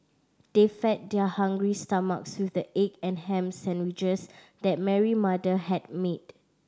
they fed their hungry stomachs with the egg and ham sandwiches that Mary mother had made